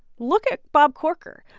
look at bob corker.